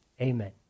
Amen